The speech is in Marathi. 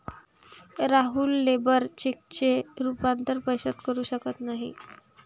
राहुल लेबर चेकचे रूपांतर पैशात करू शकत नाही